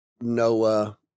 Noah